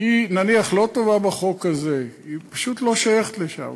ההצעה לא טובה לחוק הזה, פשוט לא שייכת לשם.